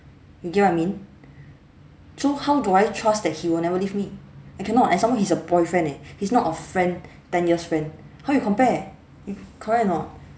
you get what I mean so how do I trust that he will never leave me I cannot and some more he's a boyfriend eh he's not a friend ten years friend how you compare correct or not